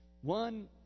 One